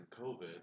COVID